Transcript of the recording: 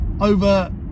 over